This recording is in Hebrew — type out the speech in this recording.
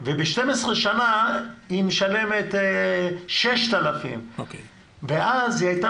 ב-12 שנה היא משלמת 6,000. ואז היא הייתה